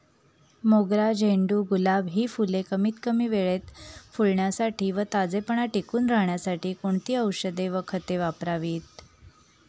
मोगरा, झेंडू, गुलाब हि फूले कमीत कमी वेळेत फुलण्यासाठी व ताजेपणा टिकून राहण्यासाठी कोणती औषधे व खते वापरावीत?